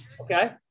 Okay